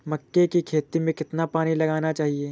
मक्के की खेती में कितना पानी लगाना चाहिए?